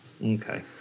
Okay